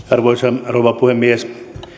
arvoisa rouva puhemies